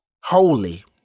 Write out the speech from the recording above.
Holy